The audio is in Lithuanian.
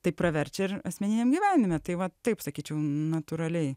tai praverčia ir asmeniniam gyvenime tai va taip sakyčiau natūraliai